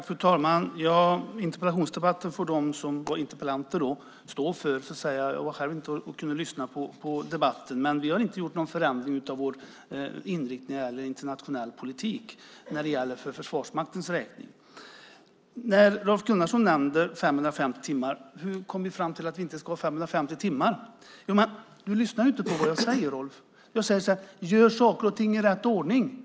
Fru talman! Interpellationsdebatten får interpellanterna stå för. Jag har själv inte lyssnat på debatten. Men vi har inte gjort någon förändring av vår inriktning när det gäller internationell politik för Försvarsmaktens räkning. Rolf Gunnarsson nämnde 550 timmar och frågade hur vi kom fram till att det inte ska vara 550 timmar. Du lyssnar inte på vad jag säger, Rolf. Jag säger så här: Gör saker och ting i rätt ordning!